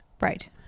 Right